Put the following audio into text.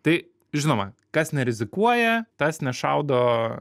tai žinoma kas nerizikuoja tas nešaudo